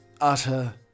utter